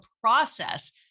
process